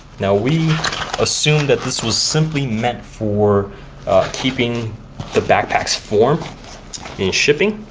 now, we assumed that this was simply meant for keeping the backpacks' form in shipping.